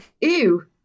ew